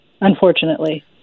unfortunately